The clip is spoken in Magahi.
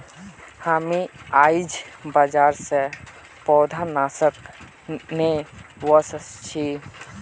हामी आईझ बाजार स पौधनाशक ने व स छि